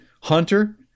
Hunter